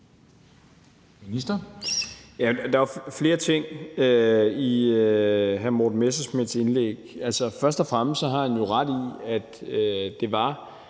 Der er jo flere ting i hr. Morten Messerschmidts indlæg. Altså, først og fremmest har han jo ret i, at det var